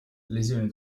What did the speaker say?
lesioni